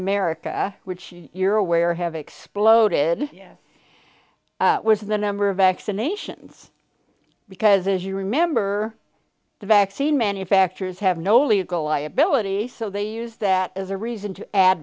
america which you're aware have exploded was the number of vaccinations because as you remember the vaccine manufacturers have no legal liability so they use that as a reason to add